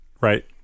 right